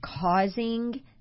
causing